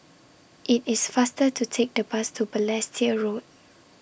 IT IS faster to Take The Bus to Balestier Road